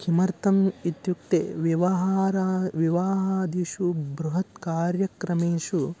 किमर्थम् इत्युक्ते विवाहः विवाहादिषु बृहत् कार्यक्रमेषु